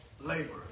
labor